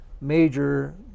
major